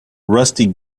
rusty